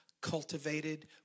Cultivated